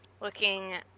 looking